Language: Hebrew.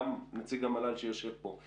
גם לא נציג המל"ל שיושב פה,